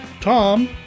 Tom